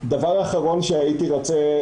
דבר אחרון שהייתי רוצה